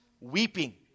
weeping